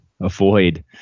avoid